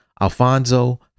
Alfonso